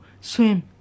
Swim